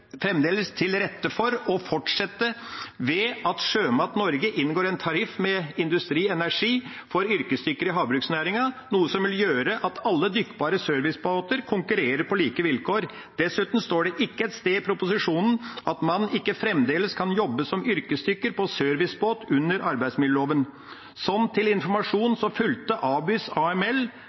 å fortsette ved at Sjømat Norge inngår en tariff med Industri Energi for yrkesdykkere i havbruksnæringen, noe som vil gjøre at alle dykkbare servicebåter konkurrerer på like vilkår. Dessuten står det ikke et sted i proposisjonen at man ikke fremdeles kan jobbe som yrkesdykker på servicebåt under arbeidsmiljøloven. Sånn til informasjon fulgte Abyss AML